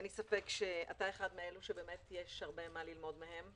אתה אחד מאלו שיש הרבה מה ללמוד מהם.